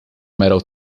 metal